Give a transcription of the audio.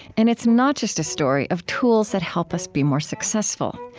and it's not just a story of tools that help us be more successful.